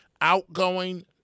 outgoing